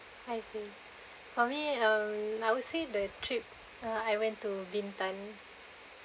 I see for me um I would say the trip I went to bintan